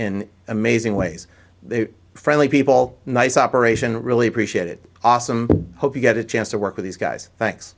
in amazing ways the friendly people nice operation really appreciate it awesome hope you get a chance to work with these guys thanks